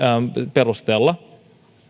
perusteella ja